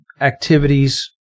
activities